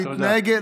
תודה.